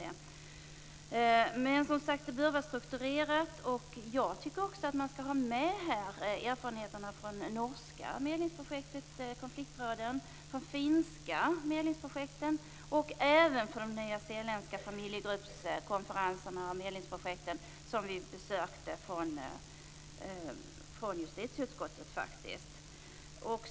Det här bör alltså vara strukturerat, och man bör ta med erfarenheterna från de norska och finska medlingsprojekten och även från de nyzeeländska familjegruppskonferenserna och medlingsprojekten som justitieutskottet besökte.